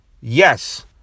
yes